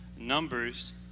numbers